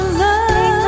love